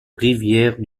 rivière